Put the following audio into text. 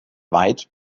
weit